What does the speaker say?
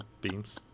Beams